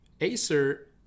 Acer